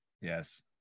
Yes